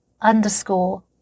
underscore